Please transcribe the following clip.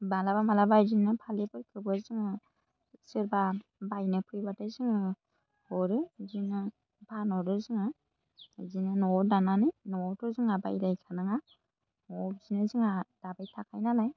मालाबा मालाबा बिदिनो फालिफोरखौबो जोङो सोरबा बायनो फैबाथाय जोङो हरो बिदिनो फानहरो जोङो बिदिनो न'आव दानानै न'आवथ' जोंहा बायलायखानाङा न'आव बिदिनो जोंहा दाबाय थाखायो नालाय